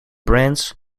brands